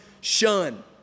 shun